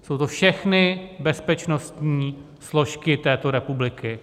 Jsou to všechny bezpečnostní složky této republiky.